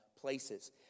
Places